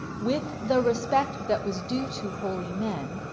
with the respect that was due to holy men,